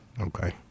Okay